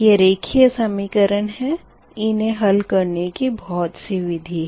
यह रेखिए समीकरण है इन्हें हल करने की बहुत सी विधि है